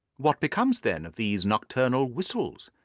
what becomes, then, of these nocturnal whistles,